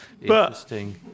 interesting